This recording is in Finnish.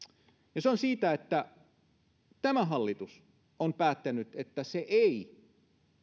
ja se on siitä että tämä hallitus on päättänyt että se ei